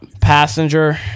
Passenger